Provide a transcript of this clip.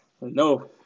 no